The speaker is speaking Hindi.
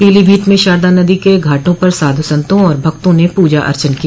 पीलीभीत मे शारदा नदी के घाटों पर साधु संता और भक्तों ने पूजा अर्चन किया